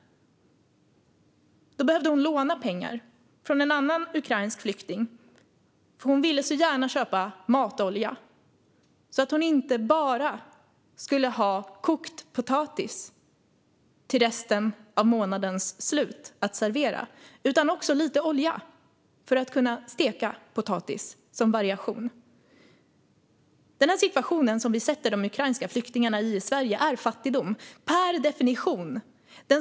Då behövde hon låna pengar från en annan ukrainsk flykting, för hon ville så gärna köpa matolja, så att hon inte bara skulle ha kokt potatis att servera under resten av månaden utan också skulle kunna steka potatis som variation. Den situation som vi försätter de ukrainska flyktingarna i Sverige i är fattigdom per definition.